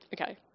okay